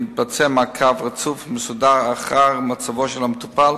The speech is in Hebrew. מתבצע מעקב רצוף ומסודר אחר מצבו של המטופל,